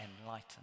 enlightened